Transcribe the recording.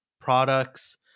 products